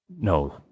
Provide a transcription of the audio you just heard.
No